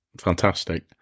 fantastic